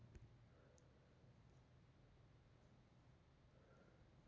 stock exchange ಮಾಡೊ ಟೈಮ್ನ ಅವ್ರ ಮ್ಯಾಲಿನವರು ನಿರ್ಧಾರ ಮಾಡಿರ್ತಾರ